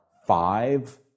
five